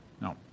No